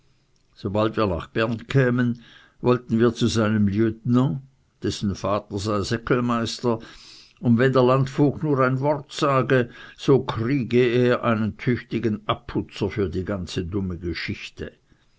sobald wir nach bern kämen wollten wir zu seinem lieutenant dessen vater sei seckelmeister und wenn der landvogt nur ein wort sage so kriege er einen tüchtigen abputzer für die ganze dumme geschichte